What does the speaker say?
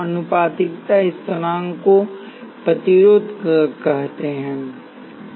और आनुपातिकता स्थिरांक को प्रतिरोध कहते हैं